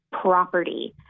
property